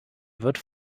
wird